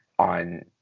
on